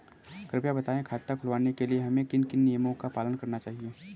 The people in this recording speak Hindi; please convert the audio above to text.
कृपया बताएँ खाता खुलवाने के लिए हमें किन किन नियमों का पालन करना चाहिए?